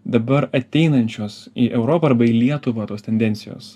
dabar ateinančios į europą arba į lietuvą tos tendencijos